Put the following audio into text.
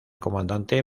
comandante